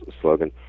slogan